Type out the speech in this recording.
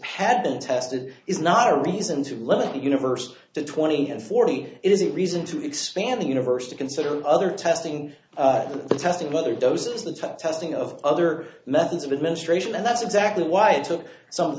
had been tested is not a reason to let the universe twenty and forty is a reason to expand the universe to consider other testing testing whether doses the testing of other methods of administration and that's exactly why it took some